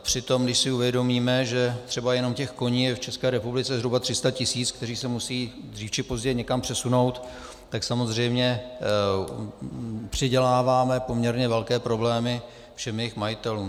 Přitom když si uvědomíme, že třeba jenom těch koní je v České republice zhruba 300 tisíc, kteří se musí dřív či později někam přesunout, tak samozřejmě přiděláváme poměrně velké problémy všem jejich majitelům.